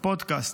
פודקאסט.